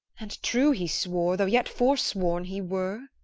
and true he swore, though yet forsworn he were.